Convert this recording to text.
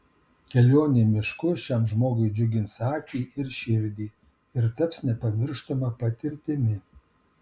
kelionė mišku šiam žmogui džiugins akį ir širdį ir taps nepamirštama patirtimi